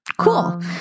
Cool